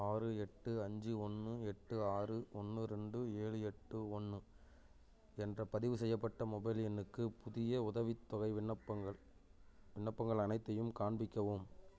ஆறு எட்டு அஞ்சு ஒன்று எட்டு ஆறு ஒன்று ரெண்டு ஏழு எட்டு ஒன்று என்ற பதிவுசெய்யப்பட்ட மொபைல் எண்ணுக்கு புதிய உதவித்தொகை விண்ணப்பங்கள் விண்ணப்பங்கள் அனைத்தையும் காண்பிக்கவும்